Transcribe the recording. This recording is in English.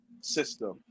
system